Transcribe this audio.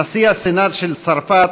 נשיא הסנאט של צרפת,